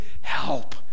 help